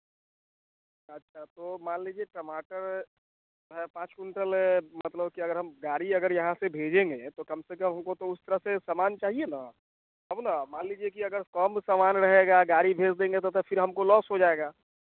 अच्छा तो मान लिजिए टमाटर है पाँच कुंटल मतलब कि अगर हम गाड़ी अगर यहाँ से भेजेंगे तो कम से कम हमको तो उस तरह से सामान चाहिए न तब न मान लीजिए कि अगर कम सामान रहेगा गाड़ी भेज देंगे तो तो फिर हमको लॉस हो जाएगा